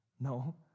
No